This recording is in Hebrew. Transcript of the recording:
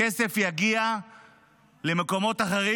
הכסף יגיע למקומות אחרים,